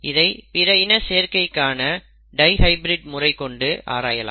இதை பிற இன சேர்க்கைக்கான டைஹைபிரிட் முறை கொண்டு ஆராயலாம்